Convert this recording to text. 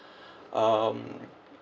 um